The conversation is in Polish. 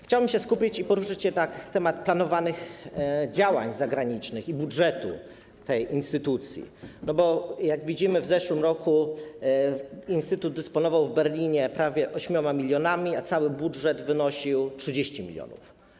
Chciałbym się skupić i poruszyć temat planowanych działań zagranicznych i budżetu tej instytucji, bo jak widzimy, w zeszłym roku instytut dysponował w Berlinie prawie 8 mln, a cały budżet wynosił 30 mln.